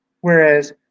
Whereas